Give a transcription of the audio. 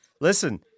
listen